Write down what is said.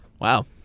Wow